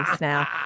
now